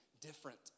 different